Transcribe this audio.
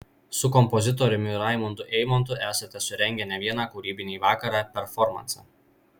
su kompozitoriumi raimundu eimontu esate surengę ne vieną kūrybinį vakarą performansą